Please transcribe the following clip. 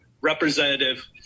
Representative